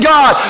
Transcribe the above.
God